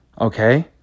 okay